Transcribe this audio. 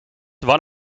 one